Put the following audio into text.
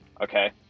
Okay